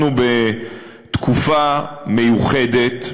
אנחנו בתקופה מיוחדת,